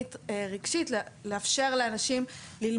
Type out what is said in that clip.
משום שאנשים מתביישים